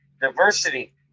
diversity